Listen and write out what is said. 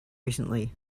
recently